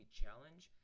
challenge